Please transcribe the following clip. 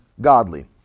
godly